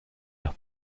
los